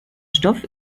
stoff